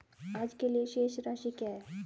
आज के लिए शेष राशि क्या है?